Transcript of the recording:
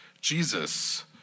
Jesus